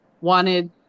wanted